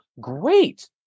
Great